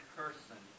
person